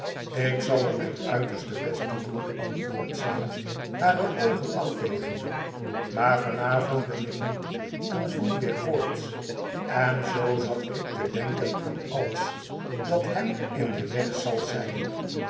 ik zal er mijn uiterste best toe doen antwoordt zij hare oogen afvegende maar van avond ben ik moe en voel weer koorts en zoo zat ik te denken aan alles dat hem in den weg zal zijn